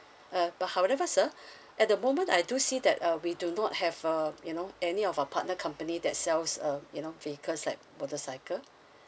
uh but however sir at the moment I do see that uh we do not have uh you know any of our partner company that sells uh you know vehicles like motorcycle